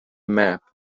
map